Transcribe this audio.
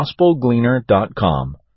GospelGleaner.com